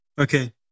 okay